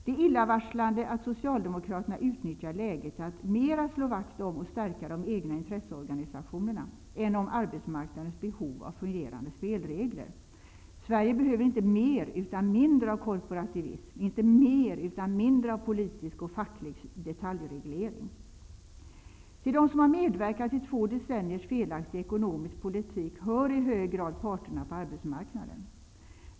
Det är illavarslande att Socialdemokraterna utnyttjar läget till att mera slå vakt om och stärka de egna intresseorganisationerna än om arbetsmarknadens behov av fungerande spelregler. Sverige behöver inte mer utan mindre av korporativism, inte mer utan mindre av politisk och facklig detaljreglering. Till dem som har medverkat till två decenniers felaktig ekonomisk politik hör i hög grad parterna på arbetsmarknaden.